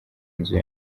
inzu